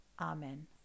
Amen